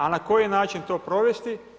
A na koji način to provesti?